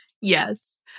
Yes